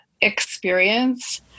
experience